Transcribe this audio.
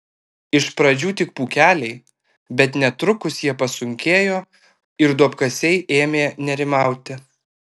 iš pradžių tik pūkeliai bet netrukus jie pasunkėjo ir duobkasiai ėmė nerimauti